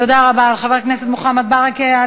תודה רבה, חבר הכנסת מוחמד ברכה.